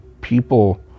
people